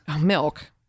Milk